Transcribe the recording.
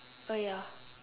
uh ya